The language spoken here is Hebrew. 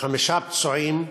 חמישה פצועים,